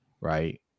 right